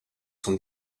sont